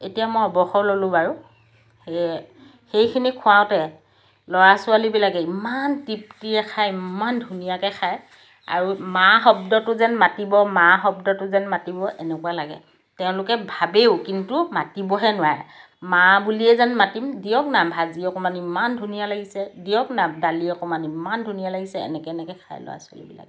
এতিয়া মই অৱসৰ ললোঁ বাৰু সেই সেইখিনি খুৱাওঁতে ল'ৰা ছোৱালীবিলাকে ইমান তৃপ্তিৰে খায় ইমান ধুনীয়াকৈ খায় আৰু মা শব্দটো যেন মাতিব মা শব্দটো যেন মাতিব এনেকুৱা লাগে তেওঁলোকে ভাবেও কিন্তু মাতিবহে নোৱাৰে মা বুলিয়েই যেন মাতিম দিয়ক না ভাজি অকণমান ইমান ধুনীয়া লাগিছে দিয়ক না দালি অকণমান ইমান ধুনীয়া লাগিছে এনেকৈ এনেকৈ খায় ল'ৰা ছোৱালীবিলাকে